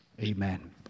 Amen